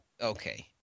Okay